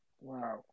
wow